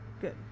Good